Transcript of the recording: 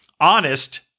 honest